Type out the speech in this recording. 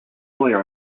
lawyer